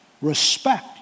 respect